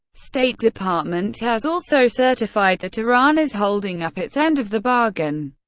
state department has also certified that iran is holding up its end of the bargain,